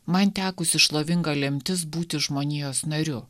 man tekusi šlovinga lemtis būti žmonijos nariu